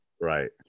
Right